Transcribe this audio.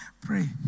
Pray